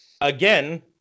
Again